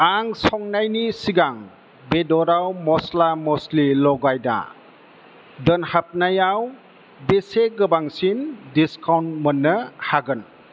आं संनायनि सिगां बेदराव मस्ला मस्लि लगायना दोनहाबनायाव बेसे गोबांसिन डिसकाउन्ट मोन्नो हागोन